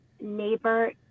Neighbor